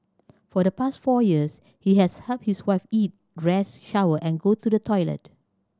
for the past four years he has helped his wife eat dress shower and go to the toilet